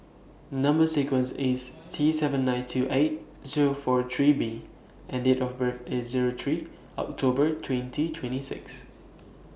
Number sequence IS T seven nine two eight Zero four three B and Date of birth IS Zero three October twenty twenty six